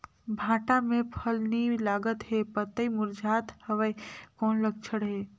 भांटा मे फल नी लागत हे पतई मुरझात हवय कौन लक्षण हे?